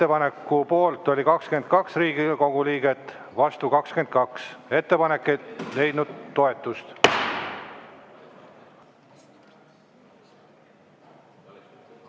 Ettepaneku poolt oli 22 Riigikogu liiget, vastu 22. Ettepanek ei leidnud toetust.